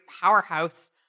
powerhouse